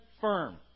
firm